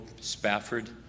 Spafford